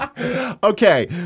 okay